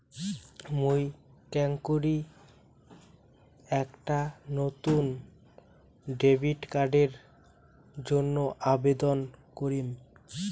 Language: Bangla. মুই কেঙকরি একটা নতুন ডেবিট কার্ডের জন্য আবেদন করিম?